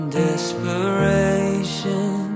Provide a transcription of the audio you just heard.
desperation